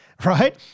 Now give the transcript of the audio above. Right